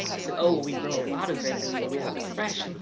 said oh we grow a lot of it and you know we have it fresh.